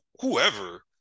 whoever